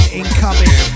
incoming